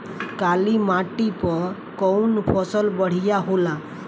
काली माटी पर कउन फसल बढ़िया होला?